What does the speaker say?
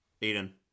Eden